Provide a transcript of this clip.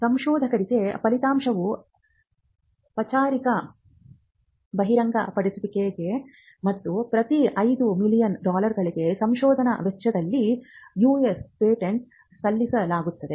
ಸಂಶೋಧಕರಿಗೆ ಫಲಿತಾಂಶವು ಪಚಾರಿಕ ಬಹಿರಂಗಪಡಿಸುವಿಕೆಯಾಗಿದೆ ಮತ್ತು ಪ್ರತಿ 5 ಮಿಲಿಯನ್ ಡಾಲರ್ಗಳಿಗೆ ಸಂಶೋಧನಾ ವೆಚ್ಚದಲ್ಲಿ ಯುಎಸ್ ಪೇಟೆಂಟ್ ಸಲ್ಲಿಸಲಾಗುತ್ತದೆ